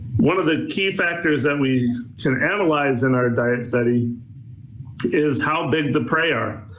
one of the key factors that we can analyze in our diet study is how big the prey are.